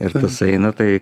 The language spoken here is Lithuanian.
ir tas eina tai